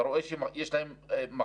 אתה רואה שיש להם חסר,